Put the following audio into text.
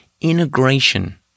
integration